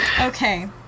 Okay